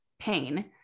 pain